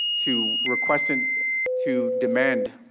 to request and to demand